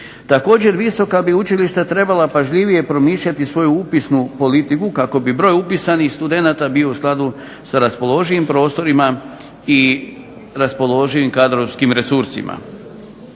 Također, visoka bi učilišta trebala pažljivije promišljati svoju upisnu politiku kako bi broj upisanih studenata bio u skladu sa raspoloživim prostorima i raspoloživim kadrovskih resursima.